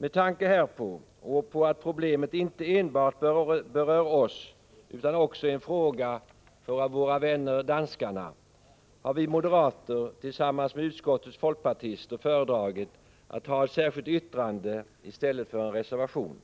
Med tanke härpå och på att problemet inte enbart berör oss utan också är en fråga för våra vänner danskarna har vi moderater tillsammans med utskottets folkpartister föredragit att avge ett särskilt yttrande i stället för en reservation